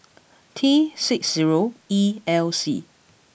T six zero E L C